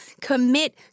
commit